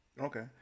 Okay